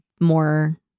more